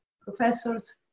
professors